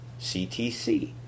CTC